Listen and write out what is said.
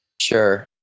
Sure